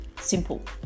simple